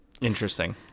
Interesting